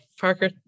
Parker